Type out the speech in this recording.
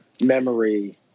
memory